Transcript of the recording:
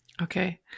Okay